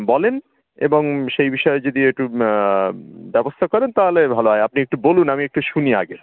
বলেন এবং সেই বিষয়ে যদি একটু ব্যবস্থা করেন তাহলে ভালো হয় আপনি একটু বলুন আমি একটু শুনি আগে